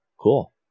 cool